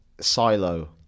Silo